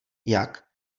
jak